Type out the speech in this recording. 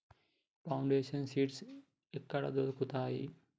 Foundation seeds ఎక్కడ దొరుకుతాయి?